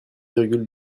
virgule